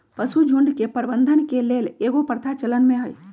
पशुझुण्ड के प्रबंधन के लेल कएगो प्रथा चलन में हइ